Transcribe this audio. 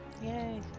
Yay